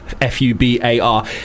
F-U-B-A-R